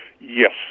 Yes